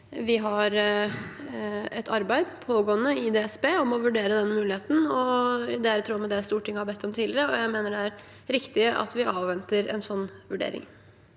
Vi har et pågående arbeid i DSB om å vurdere den muligheten. Det er i tråd med det Stortinget har bedt om tidligere, og jeg mener det er riktig at vi avventer en slik vurdering.